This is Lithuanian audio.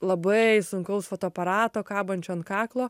labai sunkaus fotoaparato kabančio ant kaklo